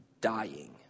dying